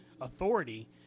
authority